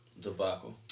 Debacle